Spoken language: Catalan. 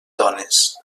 dones